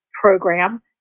program